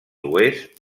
oest